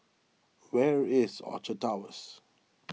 where is Orchard Towers